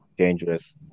Dangerous